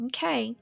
Okay